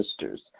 Sisters